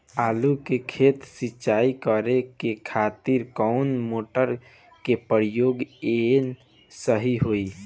आलू के खेत सिंचाई करे के खातिर कौन मोटर के प्रयोग कएल सही होई?